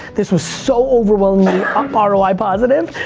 this was so overwhelmingly um ah roy positive,